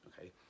okay